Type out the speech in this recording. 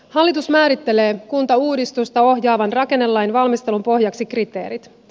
hallitus määrittelee kuntauudistusta ohjaavan rakennelain valmistelun pohjaksi kriteerit